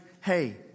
hey